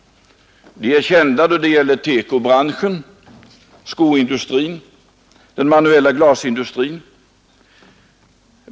De är kända då det gäller TEKO-branschen, skoindustrin och den manuella glasindustrin.